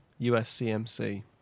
USCMC